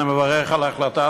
אני מברך על החלטת